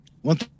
one